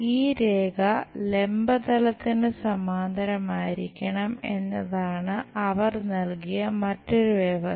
ഈ രേഖ ലംബ തലത്തിന് സമാന്തരമായിരിക്കണം എന്നതാണ് അവർ നൽകിയ മറ്റൊരു വ്യവസ്ഥ